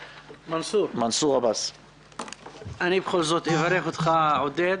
אני בכל זאת אברך אותך, עודד,